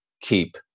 keep